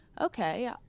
Okay